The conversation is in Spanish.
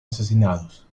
asesinados